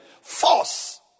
Force